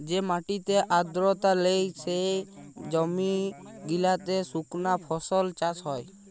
যে মাটিতে আদ্রতা লেই, সে জমি গিলাতে সুকনা ফসল চাষ হ্যয়